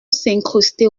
s’incruster